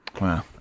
wow